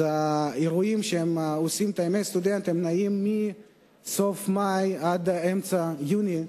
אז האירועים שהם עושים בימי הסטודנט נערכים מסוף מאי עד אמצע יוני.